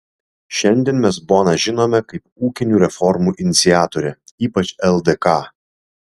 šiandien mes boną žinome kaip ūkinių reformų iniciatorę ypač ldk